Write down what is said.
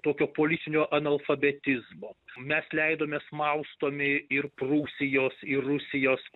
tokio politinio analfabetizmo mes leidomės maustomi ir prūsijos ir rusijos